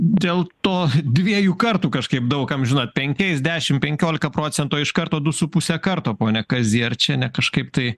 dėl to dviejų kartų kažkaip daug kam žinot penkiais dešim penkiolika procentų o iš karto du su puse karto pone kazy ar čia ne kažkaip tai